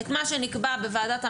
את מה שנקבע בוועדת המחירים,